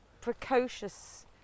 precocious